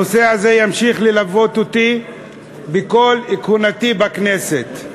הנושא הזה ימשיך ללוות אותי בכל כהונתי בכנסת.